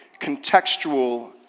contextual